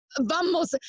Vamos